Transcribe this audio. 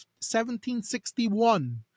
1761